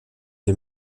des